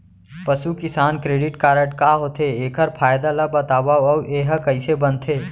पसु किसान credit card का होथे, एखर फायदा ला बतावव अऊ एहा कइसे बनथे?